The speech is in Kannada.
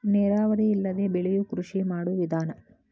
ನೇರಾವರಿ ಇಲ್ಲದೆ ಬೆಳಿಯು ಕೃಷಿ ಮಾಡು ವಿಧಾನಾ